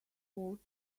worth